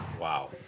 Wow